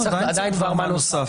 עדיין צריך דבר מה נוסף.